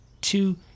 two